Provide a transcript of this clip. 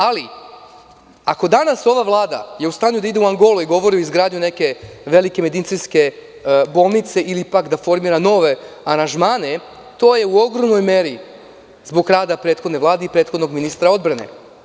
Ako je danas ova vlada u stanju da ide u Angolu i da govori o izgradnji neke velike medicinske bolnice ili da formira nove aranžmane, to je u ogromnoj meri zbog rada prethodne Vlade i prethodnog ministra odbrane.